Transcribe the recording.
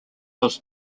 was